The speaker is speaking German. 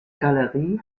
galerie